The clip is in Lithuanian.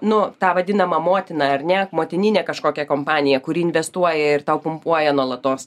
nu tą vadinamą motiną ar ne motininę kažkokią kompaniją kuri investuoja ir tau pumpuoja nuolatos